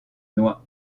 noie